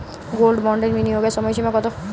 Gold বন্ডে বিনিয়োগের সময়সীমা কতো?